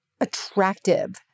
attractive